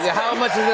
yeah how much